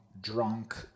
drunk